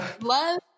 love